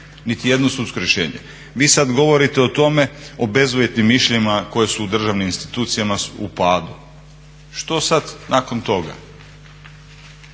Niti jedno sudsko rješenje. Vi sada govorite o tome o bezuvjetnim mišljenjima koje su u državnim institucijama u padu. Što sada nakon toga?